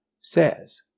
says